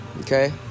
okay